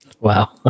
Wow